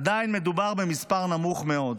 עדיין מדובר במספר נמוך מאוד.